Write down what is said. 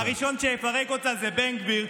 הראשון שיפרק אותה זה בן גביר,